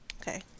Okay